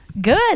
Good